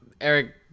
Eric